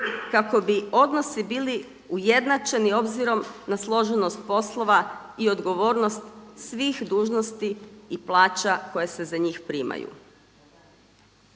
kako bi odnosi bili ujednačeni obzirom na složenost poslova i odgovornost svih dužnosti i plaća koje se za njih primaju.